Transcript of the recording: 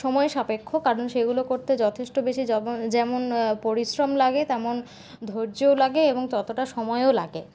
সময় সাপেক্ষ কারণ সেগুলো করতে যথেষ্ট বেশি যেমন পরিশ্রম লাগে তেমন ধৈর্যও লাগে এবং ততটা সময়ও লাগে